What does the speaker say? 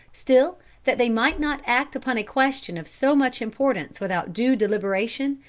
still that they might not act upon a question of so much importance without due deliberation,